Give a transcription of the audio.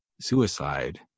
suicide